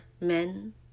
men